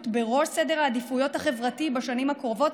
בראש סדר העדיפויות החברתי בשנים הקרובות,